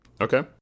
okay